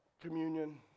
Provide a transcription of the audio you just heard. communion